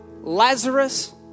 Lazarus